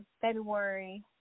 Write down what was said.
February